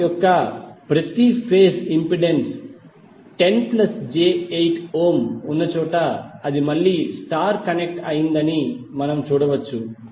load యొక్క ప్రతి దశ ఇంపెడెన్స్ 10 j8 ఓం ఉన్న చోట అది మళ్ళీ స్టార్ కనెక్ట్ అయిందని మనం చూడవచ్చు